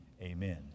Amen